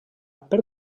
per